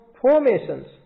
formations